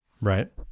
Right